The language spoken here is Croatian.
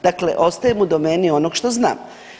Dakle, ostajem u domeni onog što znam.